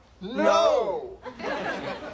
No